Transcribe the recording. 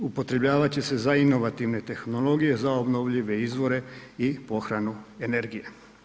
Upotrebljavat će se za inovativne tehnologije, za obnovljive izvore i pohranu energije.